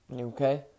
Okay